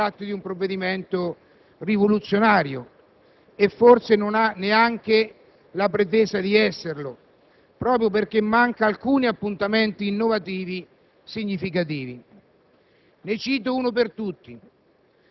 anche perché non mi sembra si tratti di un provvedimento rivoluzionario, e forse non ha neanche la pretesa di esserlo, proprio perché manca alcuni appuntamenti innovativi significativi.